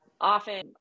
Often